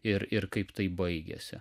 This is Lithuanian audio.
ir ir kaip tai baigėsi